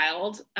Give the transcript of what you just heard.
wild